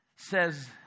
Says